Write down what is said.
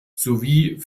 sowie